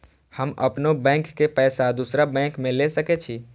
हम अपनों बैंक के पैसा दुसरा बैंक में ले सके छी?